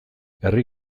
herri